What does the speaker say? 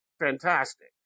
fantastic